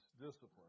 discipline